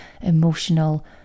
emotional